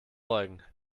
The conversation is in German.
beugen